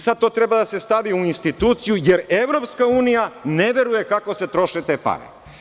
Sad to treba da se stavi u instituciju, jer EU ne veruje kako se troše te pare.